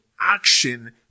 action